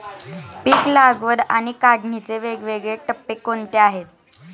पीक लागवड आणि काढणीचे वेगवेगळे टप्पे कोणते आहेत?